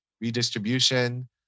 redistribution